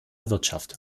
wirtschaft